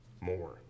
more